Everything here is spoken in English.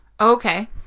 Okay